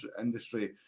industry